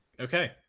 okay